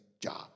job